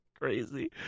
crazy